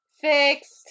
Fixed